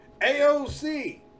AOC